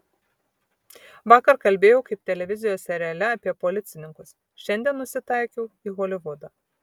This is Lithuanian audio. vakar kalbėjau kaip televizijos seriale apie policininkus šiandien nusitaikiau į holivudą